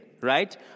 Right